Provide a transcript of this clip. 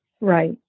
Right